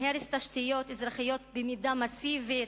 הרס תשתיות אזרחיות במידה מסיבית,